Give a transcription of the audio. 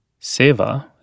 Seva